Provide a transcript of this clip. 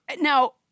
now